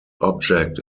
object